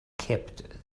kept